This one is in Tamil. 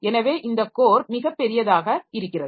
எனவே இந்த கோர் மிகப் பெரியதாக இருக்கிறது